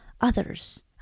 others